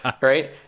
Right